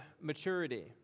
maturity